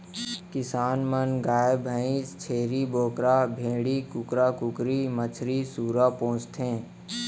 किसान मन गाय भईंस, छेरी बोकरा, भेड़ी, कुकरा कुकरी, मछरी, सूरा पोसथें